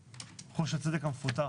קודם, לגבי חוש הצדק המפותח.